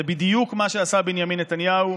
זה בדיוק מה שעשה בנימין נתניהו.